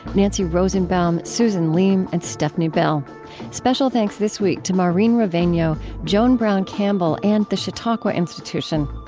nancy rosenbaum, susan leem, and stefni bell special thanks this week to maureen rovegno, joan brown campbell, and the chautauqua institution.